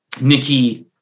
Nikki